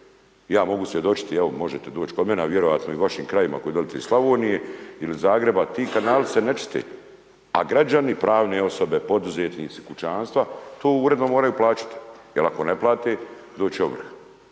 Ja mogu svjedočiti, evo, možete doć kod mene, a vjerovatno i u vašim krajevima koji dolazite iz Slavonije ili iz Zagreba, ti kanali se ne čiste. A građani, pravne osobe, poduzetnici, kućanstva, tu uredno moraju plaćati jer ako ne plate, doći će ovrha.